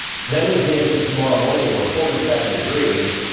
then we get into tomorrow morning we're forty seven degrees.